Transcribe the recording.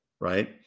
right